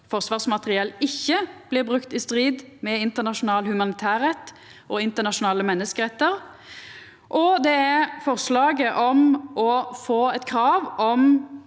forsvarsmateriell ikkje blir brukt i strid med internasjonal humanitærrett og internasjonale menneskerettar. For det tredje er det eit forslag om å få eit krav om